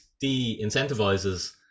de-incentivizes